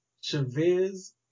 Chavez